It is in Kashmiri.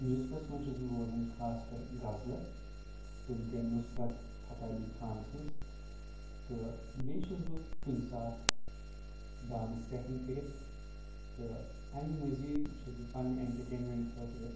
میوٗزکس منٛز چھُس بہٕ بوزان خاص کر غزلہٕ تِم تہِ نصرت فتح علی خان سٕنٛز تہٕ بیٚیہِ چھُس بہٕ کُنہِ ساتہٕ ڈانِس تہِ ہٮ۪کان کٔرتھ تہٕ امہِ مٔزیٖد چھُس بہٕ پننہِ اٮ۪نٹرٹینمینٹ خٲطرٕ